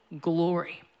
glory